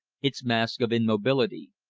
its mask of immobility.